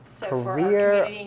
Career